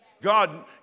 God